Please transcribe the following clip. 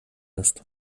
ist